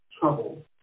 Trouble